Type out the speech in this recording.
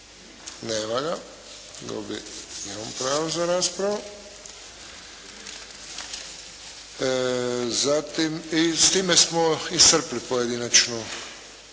Nema ga. Gubi i on pravo za raspravu. I s time smo iscrpili pojedinačne